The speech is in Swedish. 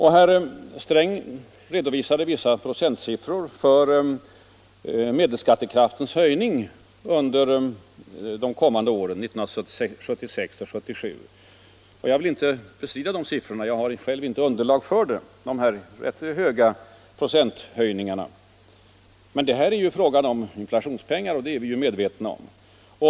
Herr Sträng redovisade vissa procentsiffror för medelskattekraftens höjning under åren 1976 och 1977. Jag vill inte bestrida de siffrorna. Jag har själv inte underlag för de här rätt höga procenthöjningarna, det är fråga om inflationspengar, det bör vi vara medvetna om.